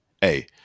Hey